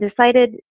decided